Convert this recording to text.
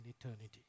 eternity